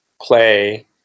play